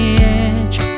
edge